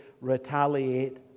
retaliate